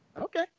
okay